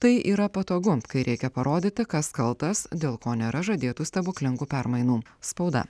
tai yra patogu kai reikia parodyti kas kaltas dėl ko nėra žadėtų stebuklingų permainų spauda